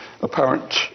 apparent